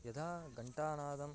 यदा घण्टानादं